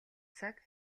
цаг